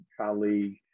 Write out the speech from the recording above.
colleague